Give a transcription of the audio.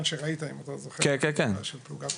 הבניין שראית, אם אתה זוכר --- כן, כן, למעלה.